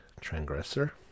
transgressor